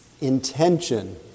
intention